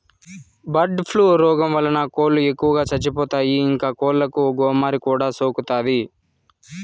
bird flu రోగం వలన కోళ్ళు ఎక్కువగా చచ్చిపోతాయి, ఇంకా కోళ్ళకు గోమారి కూడా సోకుతాది